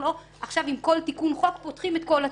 לא עכשיו עם כל תיקון חוק פותחים את כל התיקים.